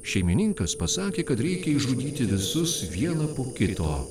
šeimininkas pasakė kad reikia išžudyti visus vieną po kito